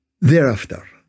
Thereafter